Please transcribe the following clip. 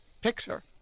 picture